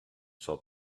saw